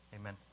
amen